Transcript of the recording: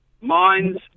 minds